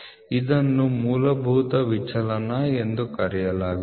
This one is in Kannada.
ಇದನ್ನು ಮೂಲಭೂತ ವಿಚಲನ ಎಂದು ಕರೆಯಲಾಗುತ್ತದೆ